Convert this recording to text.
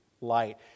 light